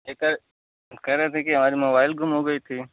यह क्या कह रहे थी की आज मोबाईल गुम हो गई थी